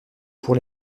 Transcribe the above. pour